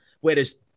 Whereas